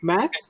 Max